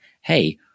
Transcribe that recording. hey